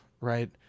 right